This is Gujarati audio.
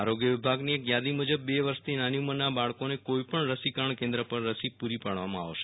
આરોગ્ય વિભાગની એક થાદી મુજબ બે વર્ષથી નાની ઉમરના બાળકોને કોઈપણ રસીકરણ કેન્દ્ર પર રસી પુરી પાડવામાં આવશે